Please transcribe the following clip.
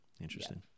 interesting